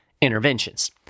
Interventions